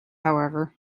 however